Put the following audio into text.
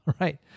right